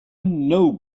know